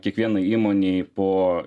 kiekvienai įmonei po